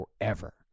forever